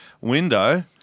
window